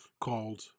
called